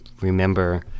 remember